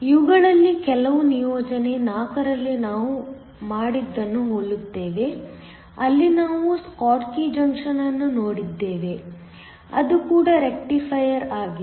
ಇವುಗಳಲ್ಲಿ ಕೆಲವು ನಿಯೋಜನೆ 4 ರಲ್ಲಿ ನಾವು ಮಾಡಿದ್ದನ್ನು ಹೋಲುತ್ತವೆ ಅಲ್ಲಿ ನಾವು ಸ್ಕಾಟ್ಕಿ ಜಂಕ್ಷನ್ ಅನ್ನು ನೋಡಿದ್ದೇವೆ ಅದು ಕೂಡ ರೆಕ್ಟಿಫೈಯರ್ ಆಗಿದೆ